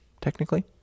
technically